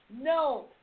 No